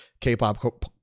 K-pop